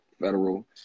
federal